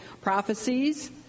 prophecies